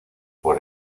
por